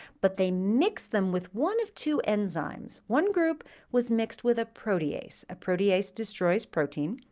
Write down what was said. but they mixed them with one of two enzymes. one group was mixed with a protease. a protease destroys protein.